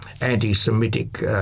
anti-Semitic